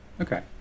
Okay